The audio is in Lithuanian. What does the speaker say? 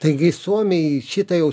taigi suomiai šitą jau